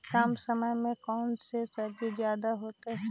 कम समय में कौन से सब्जी ज्यादा होतेई?